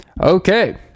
Okay